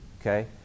okay